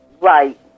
right